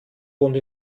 wohnt